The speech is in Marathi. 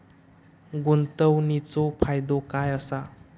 गुंतवणीचो फायदो काय असा?